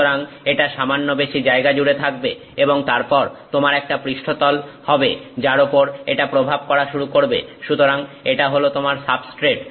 সুতরাং এটা সামান্য বেশি জায়গা জুড়ে থাকবে এবং তারপর তোমার একটা পৃষ্ঠতল হবে যার ওপর এটা প্রভাব করা শুরু করবে সুতরাং এটা হল তোমার সাবস্ট্রেট